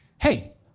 hey